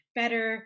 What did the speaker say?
better